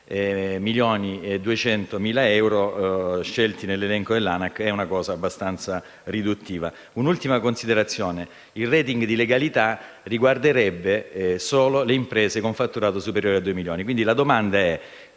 di euro scelti nell'elenco dell'ANAC è una cosa abbastanza riduttiva. Come ultima considerazione, il *rating* di legalità riguarderebbe solo le imprese con fatturato superiore a due milioni. La domanda che